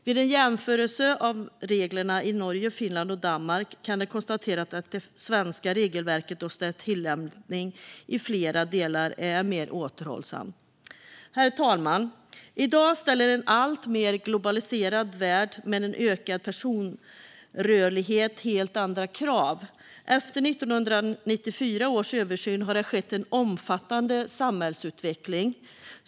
Vid en jämförelse av reglerna i Norge, Finland och Danmark kan det konstateras att det svenska regelverket och dess tillämpning i flera delar är mer återhållsam. Herr talman! I dag ställer en alltmer globaliserad värld, med en ökad personrörlighet, helt andra krav. Efter 1994 års översyn har det skett en omfattande samhällsutveckling.